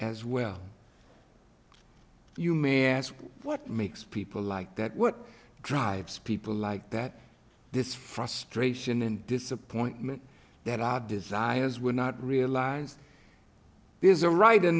as well you may ask what makes people like that what drives people like that this frustration and disappointment that god desires were not realized there's a write